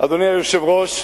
אדוני היושב-ראש,